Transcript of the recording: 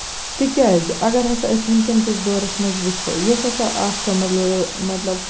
تِکیٛازِ اَگر ہسا أسۍ ؤنکیٚن کِس دورَس منٛز وُچھو یۄس ہسا اکھ مطلب مطلب